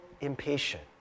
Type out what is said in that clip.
impatient